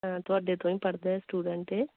ਤੁਹਾਡੇ ਤੋਂ ਹੀ ਪੜ੍ਹਦਾ ਸਟੂਡੈਂਟ ਹੈ